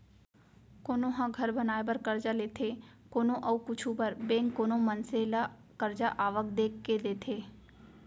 कोनो ह घर बनाए बर करजा लेथे कोनो अउ कुछु बर बेंक कोनो मनसे ल करजा आवक देख के देथे